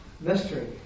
mystery